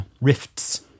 rifts